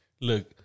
Look